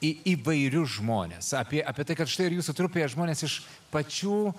į įvairius žmones apie apie tai kad štai ir jūsų trupėje žmonės iš pačių